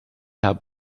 herr